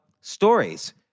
stories